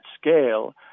scale